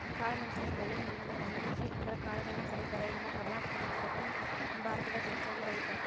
ಕಾಳಮೆಣಸಿನ ಬಳ್ಳಿಯ ಹಣ್ಣನ್ನು ಒಣಗಿಸಿ ಅದರ ಕಾಳುಗಳನ್ನ ಪಡೇತಾರ, ಇದನ್ನ ಕರ್ನಾಟಕ ಮತ್ತದಕ್ಷಿಣ ಭಾರತದಾಗ ಹೆಚ್ಚಾಗಿ ಬೆಳೇತಾರ